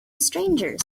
strangers